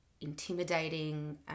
intimidating